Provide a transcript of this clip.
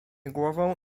głową